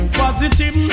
positive